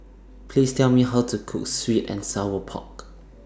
Please Tell Me How to Cook Sweet and Sour Pork